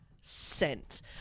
sent